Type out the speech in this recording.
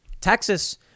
Texas